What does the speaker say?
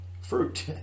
fruit